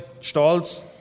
Stolz